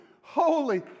holy